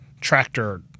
tractor